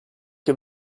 che